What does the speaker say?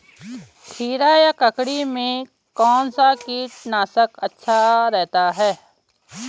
खीरा या ककड़ी में कौन सा कीटनाशक अच्छा रहता है?